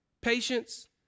patience